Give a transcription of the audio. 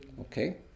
Okay